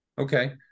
Okay